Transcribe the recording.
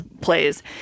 plays